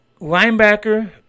linebacker